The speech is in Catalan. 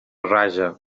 raja